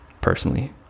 personally